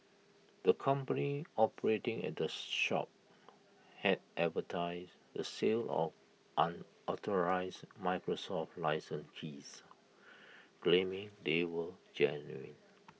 the company operating at this shop had advertised the sale of unauthorised Microsoft licence keys claiming they were genuine